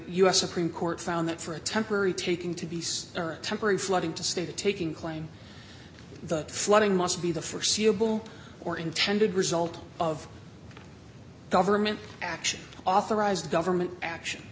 s supreme court found that for a temporary taking to beasts temporary flooding to state taking claim the flooding must be the st suitable or intended result of government action authorized government action